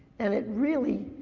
and it really